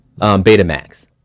Betamax